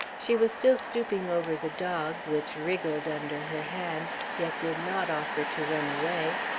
she was still stooping over the dog, which wriggled under her hand, yet did not offer to run away,